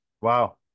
wow